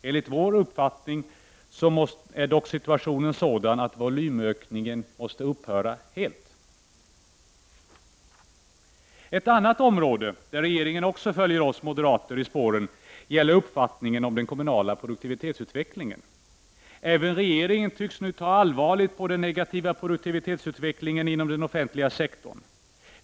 Enligt vår uppfattning är dock nu situationen sådan att volymökningen helt måste upphöra. Ett annat område där regeringen också följer oss moderater i spåren gäller uppfattningen om den kommunala produktivitetsutvecklingen. Även regeringen tycks nu ta allvarligt på den negativa produktivitetsutvecklingen inom den offentliga sektorn.